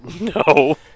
No